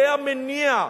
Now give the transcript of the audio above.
זה המניע,